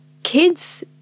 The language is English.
Kids